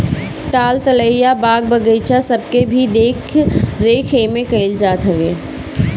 ताल तलैया, बाग बगीचा सबके भी देख रेख एमे कईल जात हवे